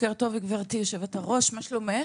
בוקר טוב, גברתי היושבת-ראש, מה שלומך?